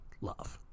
love